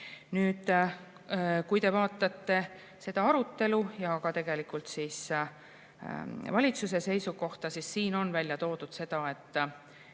Kui te vaatate seda arutelu ja ka tegelikult valitsuse seisukohta, siis siin on välja toodud see, et